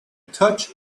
touch